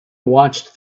watched